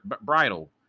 bridle